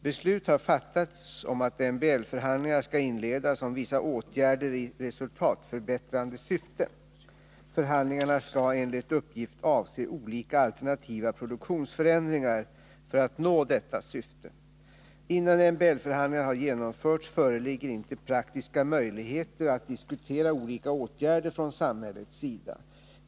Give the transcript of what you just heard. Beslut har fattats om att MBL-förhandlingar skall inledas om vissa åtgärder i resultatförbättrande syfte. Förhandlingarna skall enligt uppgift avse olika alternativa produktionsförändringar för att nå detta syfte. Innan MBL-förhandlingar har genomförts föreligger inte praktiska möjligheter att diskutera olika åtgärder från samhällets sida.